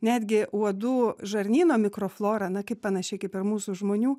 netgi uodų žarnyno mikroflora na kaip panašiai kaip ir mūsų žmonių